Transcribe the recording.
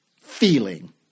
feeling